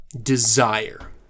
desire